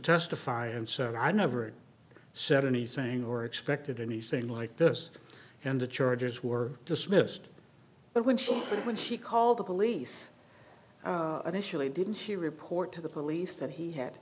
testify and so i never said anything or expected anything like this and the charges were dismissed but when she when she called the police initially didn't she report to the police that he had